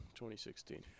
2016